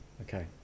Okay